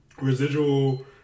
residual